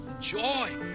joy